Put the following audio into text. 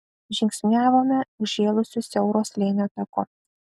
žingsniavome užžėlusiu siauro slėnio taku